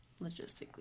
logistically